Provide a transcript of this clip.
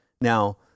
Now